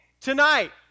tonight